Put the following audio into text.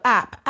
app